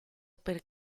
per